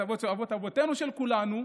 אבות-אבותינו כולנו,